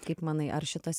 kaip manai ar šitas